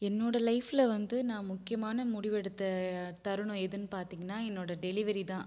என்னோட லைஃப்பில் வந்து நான் முக்கியமான முடிவெடுத்த தருணம் எதுன்னு பார்த்தீங்கன்னா என்னோட டெலிவரி தான்